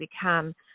become